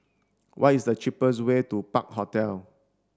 what is the cheapest way to Park Hotel